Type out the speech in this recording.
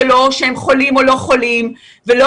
שם, אין